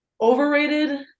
overrated